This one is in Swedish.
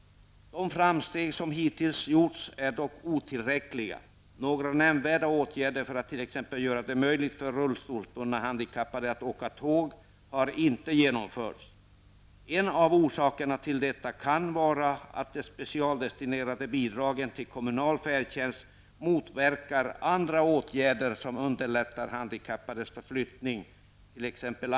De framsteg som hittills har gjorts är dock otillräckliga. Några nämnvärda åtgärder för att t.ex. göra det möjligt för rullstolsbundna handikappade att åka tåg har inte genomförts. En av orsakerna till detta kan vara att de specialdestinerade bidragen till kommunal färdtjänst motverkar andra åtgärder som underlättar handikappades förflyttning, t.ex.